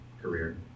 career